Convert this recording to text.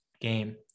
game